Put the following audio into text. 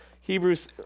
Hebrews